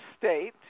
state